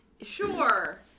Sure